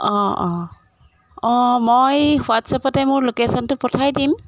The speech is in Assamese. অঁ অঁ অঁ মই হোৱাটছএপতে মোৰ লোকেশচনটো পঠাই দিম